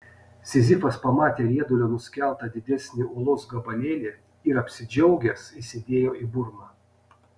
sizifas pamatė riedulio nuskeltą didesnį uolos gabalėlį ir apsidžiaugęs įsidėjo į burną